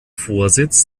vorsitz